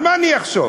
על מה אני אחשוב?